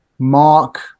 Mark